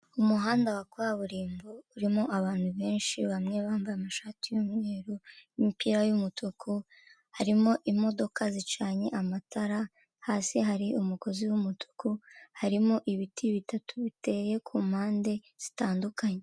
Umuhanda wa kaburimbo urimo abantu benshi, bamwe bambaye amashati y'umweru, imipira y'umutuku, harimo imodoka zicanye amatara, hasi hari umugozi w'umutuku, harimo ibiti bitatu biteye ku mpande zitandukanye.